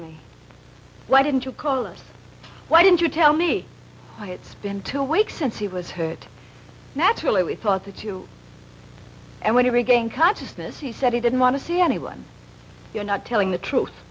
me why didn't you call or why didn't you tell me why it's been two weeks since he was hurt naturally we thought the two and when he regained consciousness he said he didn't want to see anyone you're not telling the truth